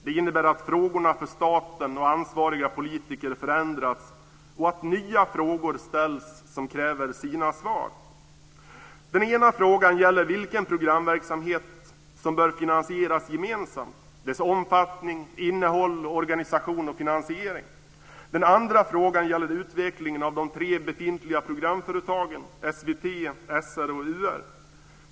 Det innebär att frågorna för staten och för ansvariga politiker förändras och att nya frågor ställs som kräver sina svar. Den ena frågan gäller vilken programverksamhet som bör finansieras gemensamt. Det gäller dess omfattning, innehåll, organisation och finansiering. Den andra frågan gäller utvecklingen av de tre befintliga programföretaget SVT, SR och UR.